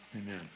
Amen